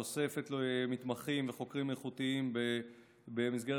תוספת מתמחים וחוקרים איכותיים במסגרת